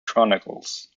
chronicles